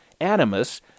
animus